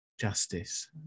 justice